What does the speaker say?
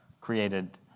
created